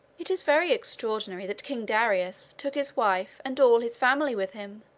it is very extraordinary that king darius took his wife and all his family with him,